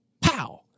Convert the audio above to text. Pow